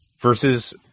Versus